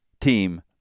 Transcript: team